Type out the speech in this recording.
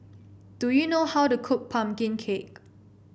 do you know how to cook pumpkin cake